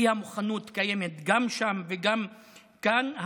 האי-מוכנות קיימת גם שם וגם כאן.